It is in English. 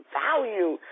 value